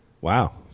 Wow